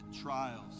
trials